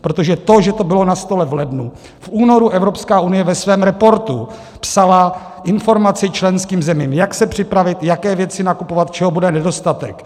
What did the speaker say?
Protože to, že to bylo na stole v lednu v únoru Evropská unie ve svém reportu psala informaci členským zemím jak se připravit, jaké věci nakupovat, čeho bude nedostatek.